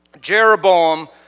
Jeroboam